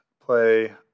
play